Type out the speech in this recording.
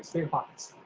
so biggerpockets.